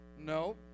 No